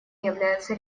являются